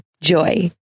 Joy